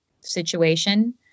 situation